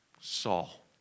Saul